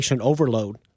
overload